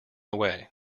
away